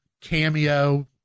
cameo